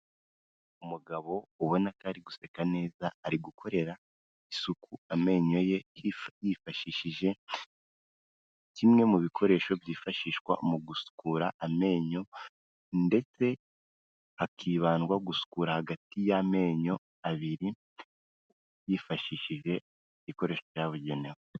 Umugabo ubona ko ari guseka neza, ari gukorera isuku amenyo ye yifashishije kimwe mu bikoresho byifashishwa mu gusukura amenyo, ndetse hakibandwa gusukura hagati y'amenyo abiri, hifashishijwe ibikoresho ryabugenewe.